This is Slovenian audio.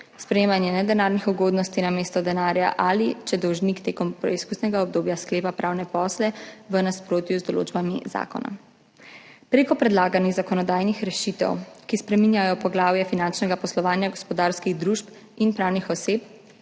sprejemanje nedenarnih ugodnosti namesto denarja ali če dolžnik v preizkusnem obdobju sklepa pravne posle v nasprotju z določbami zakona. S predlaganimi zakonodajnimi rešitvami, ki spreminjajo poglavje finančnega poslovanja gospodarskih družb in pravnih oseb,